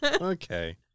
Okay